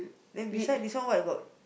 then beside this one what got